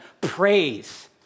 praise